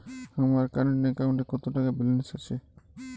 আমার কারেন্ট অ্যাকাউন্টে কত টাকা ব্যালেন্স আছে?